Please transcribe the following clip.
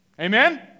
Amen